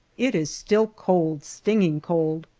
it is still cold, stinging cold,